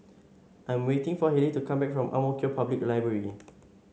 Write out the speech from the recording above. I am waiting for Hailee to come back from Ang Mo Kio Public Library